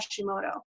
Hashimoto